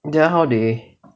then how they